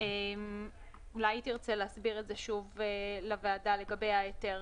דגנית תרצה להסביר שוב לוועדה על ההיתר.